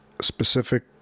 specific